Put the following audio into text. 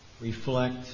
reflect